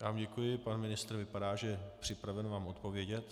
Já vám děkuji, pan ministr vypadá, že je připraven vám odpovědět.